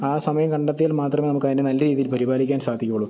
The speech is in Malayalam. ആ സമയം കണ്ടെത്തിയാല് മാത്രമേ നമുക്കതിനെ നല്ല രീതിയില് പരിപാലിക്കാന് സാധിക്കുകയുള്ളൂ